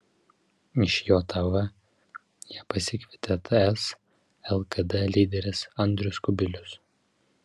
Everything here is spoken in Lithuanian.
iš jav ją pasikvietė ts lkd lyderis andrius kubilius